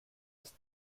ist